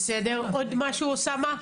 בסדר, עוד משהו אוסאמה?